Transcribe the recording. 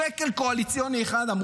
שקל קואליציוני אחד לא צמצמתם,